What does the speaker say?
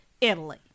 italy